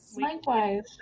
Likewise